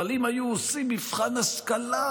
אבל אם היו עושים מבחן השכלה,